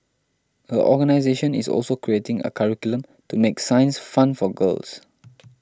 her organisation is also creating a curriculum to make science fun for girls